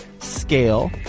scale